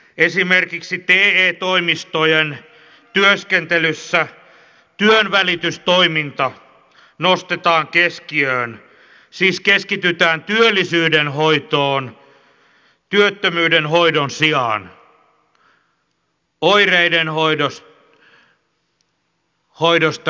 esimerkiksi te toimistojen työskentelyssä työnvälitystoiminta nostetaan keskiöön siis keskitytään työllisyyden hoitoon työttömyyden hoidon sijaan oireiden hoidosta syihin